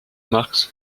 marx